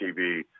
TV